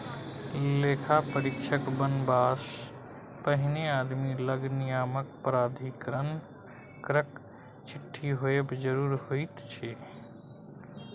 लेखा परीक्षक बनबासँ पहिने आदमी लग नियामक प्राधिकरणक चिट्ठी होएब जरूरी होइत छै